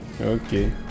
Okay